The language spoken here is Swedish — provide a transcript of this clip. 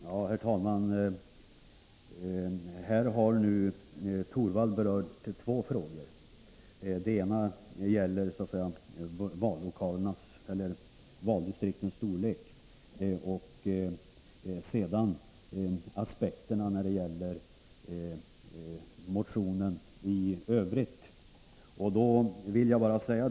Herr talman! Rune Torwald har här berört två frågor. Den ena gäller valdistriktens storlek och den andra aspekterna i motionen i övrigt.